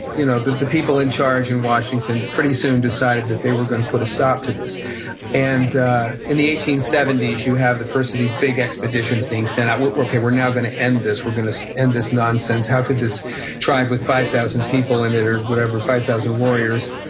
you know the the people in charge in washington pretty soon decided that they were going to put a stop to this and in the eighteen seventy s, you have the first of these big expeditions being sent out. okay, we're now going to end this. we're going to end this nonsense. how could this tribe with five thousand people in it or whatever, five thousand warriors,